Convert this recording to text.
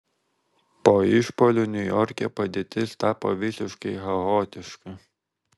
po išpuolių niujorke padėtis tapo visiškai chaotiška